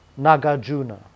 Nagarjuna